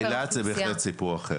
אילת זה בהחלט סיפור אחר.